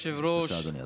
אדוני היושב-ראש,